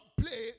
play